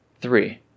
three